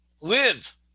live